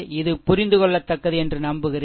இது புரிந்துகொள்ளத்தக்கது என்று நம்புகிறேன்